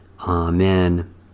Amen